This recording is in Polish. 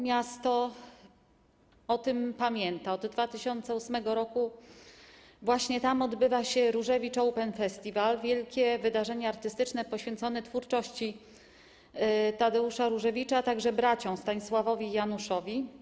Miasto o tym pamięta, od 2008 r. właśnie tam odbywa się Różewicz Open Festiwal, wielkie wydarzenie artystyczne poświęcone twórczości Tadeusza Różewicza, a także braciom Stanisławowi i Januszowi.